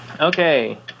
Okay